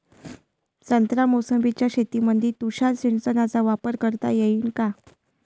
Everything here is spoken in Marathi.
संत्रा मोसंबीच्या शेतामंदी तुषार सिंचनचा वापर करता येईन का?